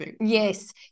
yes